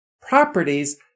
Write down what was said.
properties